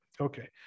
Okay